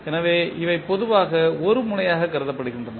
எனவே இவை பொதுவாக ஒரு முனையாக கருதப்படுகின்றன